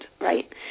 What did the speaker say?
right